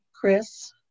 Chris